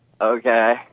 okay